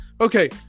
Okay